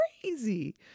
crazy